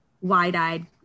wide-eyed